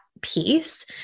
piece